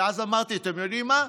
ואז אמרתי: אתם יודעים מה?